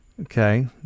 Okay